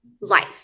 life